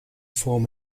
form